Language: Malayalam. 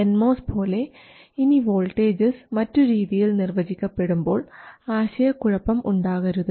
എൻ മോസ് പോലെ ഇനി വോൾട്ടേജസ് മറ്റു രീതിയിൽ നിർവ്വചിക്കപ്പെടുമ്പോൾ ആശയക്കുഴപ്പം ഉണ്ടാകരുത്